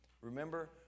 remember